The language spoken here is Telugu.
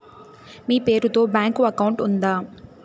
మీ పేరు తో బ్యాంకు అకౌంట్ ఉందా?